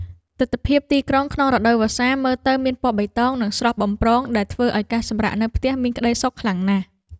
ទិដ្ឋភាពទីក្រុងក្នុងរដូវវស្សាមើលទៅមានពណ៌បៃតង និងស្រស់បំព្រងដែលធ្វើឱ្យការសម្រាកនៅផ្ទះមានក្តីសុខខ្លាំងណាស់។